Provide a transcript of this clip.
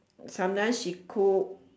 sometimes she cook